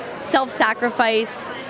self-sacrifice